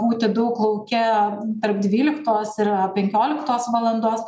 būti daug lauke tarp dvyliktos ir penkioliktos valandos